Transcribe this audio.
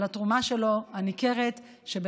על התרומה הניכרת שלו,